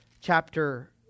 chapter